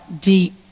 deep